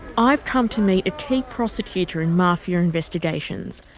i've come to meet a key prosecutor in mafia investigations,